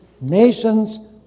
nations